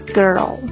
girl